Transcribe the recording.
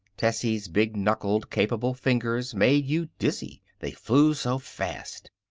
tessie's big-knuckled, capable fingers made you dizzy, they flew so fast.